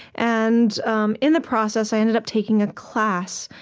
and um in the process, i ended up taking a class,